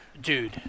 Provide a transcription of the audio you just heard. Dude